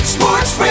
Sports